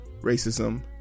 racism